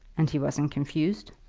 and he wasn't confused?